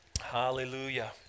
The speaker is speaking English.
Hallelujah